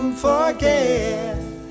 forget